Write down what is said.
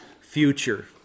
future